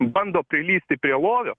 bando prilįsti prie lovio